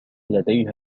لديها